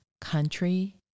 country